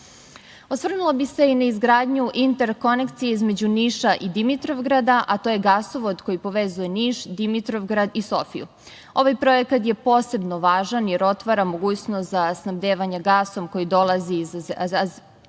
gorivo. Osvrnula bih se i na izgradnju interkonekcije između Niša i Dimitrovgrada, a to je gasovod koji povezuje Niš, Dimitrovgrad i Sofiju. Ovaj projekat je posebno važan jer otvara mogućnost za snabdevanje gasom koji dolazi iz Azerbejdžana,